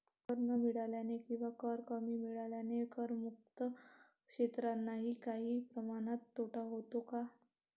कर न मिळाल्याने किंवा कर कमी मिळाल्याने करमुक्त क्षेत्रांनाही काही प्रमाणात तोटा होतो का?